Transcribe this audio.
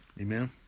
Amen